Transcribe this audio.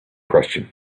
question